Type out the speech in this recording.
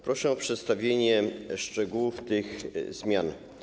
Proszę o przedstawienie szczegółów tych zmian.